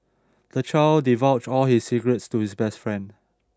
the child divulged all his secrets to his best friend